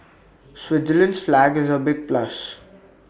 Switzerland's flag is A big plus